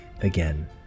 again